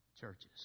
churches